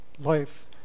life